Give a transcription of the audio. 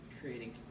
creating